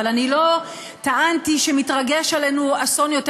אבל אני לא טענתי שמתרגש עלינו אסון יותר